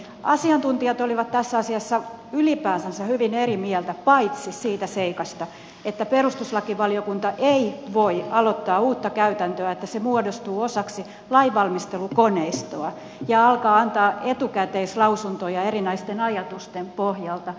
asiantuntijat olivat tässä asiassa ylipäätänsä hyvin eri mieltä paitsi siitä seikasta että perustuslakivaliokunta ei voi aloittaa uutta käytäntöä että se muodostuu osaksi lainvalmistelukoneistoa ja alkaa antaa etukäteislausuntoja erinäisten ajatusten pohjalta